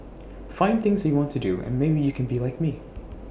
find things that you want to do and maybe you can be like me